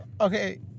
Okay